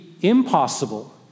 impossible